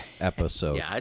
episode